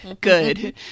good